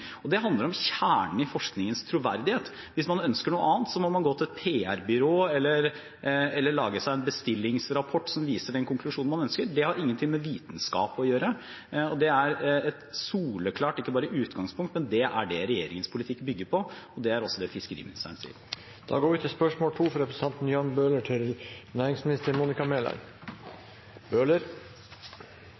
Det handler om kjernen i forskningens troverdighet. Hvis man ønsker noe annet, må man gå til et PR-byrå eller lage seg en bestillingsrapport som viser den konklusjonen man ønsker. Det har ingenting med vitenskap å gjøre, og det er ikke bare et soleklart utgangspunkt, det er det regjeringens politikk bygger på, og det er også det fiskeriministeren sier. Jeg tillater meg å stille følgende spørsmål